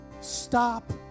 stop